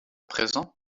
présent